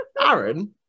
Aaron